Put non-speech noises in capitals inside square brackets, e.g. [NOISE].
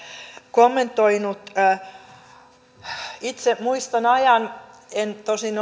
kommentoinut itse muistan ajan en tosin [UNINTELLIGIBLE]